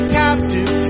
captive